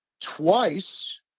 twice